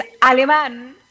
alemán